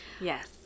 Yes